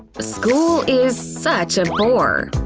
school is such a bore.